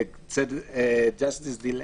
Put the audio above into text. Justice delayed